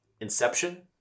Inception